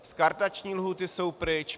Skartační lhůty jsou pryč.